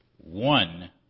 one